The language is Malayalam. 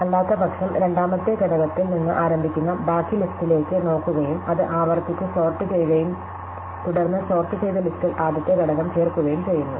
അല്ലാത്തപക്ഷം രണ്ടാമത്തെ ഘടകത്തിൽ നിന്ന് ആരംഭിക്കുന്ന ബാക്കി ലിസ്റ്റിലേക്ക് നോക്കുകയും അത് ആവർത്തിച്ച് സോർട്ട് ചെയ്യുകയും തുടർന്ന് സോർട്ട് ചെയ്ത ലിസ്റ്റിൽ ആദ്യത്തെ ഘടകം ചേർക്കുകയും ചെയ്യുന്നു